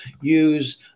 use